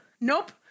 Nope